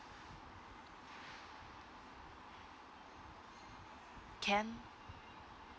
can